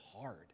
hard